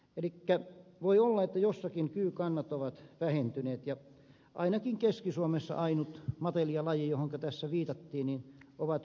elikkä voi olla että jossakin kyykannat ovat vähentyneet ja ainakin keski suomessa ainut matelijalaji niistä joihinka tässä viitattiin ovat kyyt